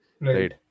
right